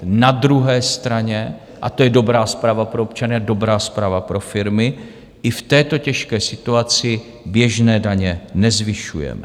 Na druhé straně, a to je dobrá zpráva pro občany a dobrá zpráva pro firmy, i v této těžké situaci běžné daně nezvyšujeme.